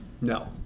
No